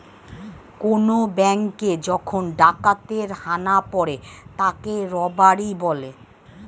কোন ব্যাঙ্কে যখন ডাকাতের হানা পড়ে তাকে রবারি বলে